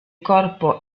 corpo